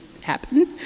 happen